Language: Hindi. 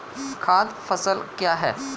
खाद्य फसल क्या है?